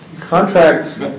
Contracts